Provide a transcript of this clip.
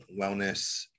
wellness